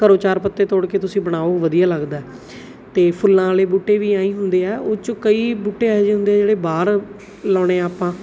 ਘਰੋਂ ਚਾਰ ਪੱਤੇ ਤੋੜ ਕੇ ਤੁਸੀਂ ਬਣਾਓ ਵਧੀਆ ਲੱਗਦਾ ਅਤੇ ਫੁੱਲਾਂ ਵਾਲੇ ਬੂਟੇ ਵੀ ਐਂਈਂ ਹੁੰਦੇ ਆ ਉਹ 'ਚੋਂ ਕਈ ਬੂਟੇ ਇਹੋ ਜਿਹੇ ਹੁੰਦੇ ਜਿਹੜੇ ਬਾਹਰ ਲਾਉਣੇ ਆਪਾਂ